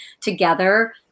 together